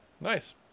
Nice